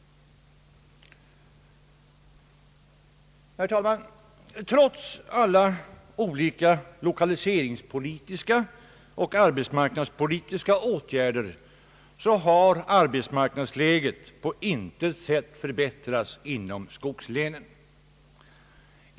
Herr talman! Trots alla olika lokaliseringspolitiska och arbetsmarknadspolitiska åtgärder har arbetsmarknadsläget på intet sätt förbättrats inom skogslänen.